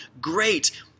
great